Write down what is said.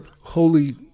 Holy